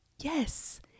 Yes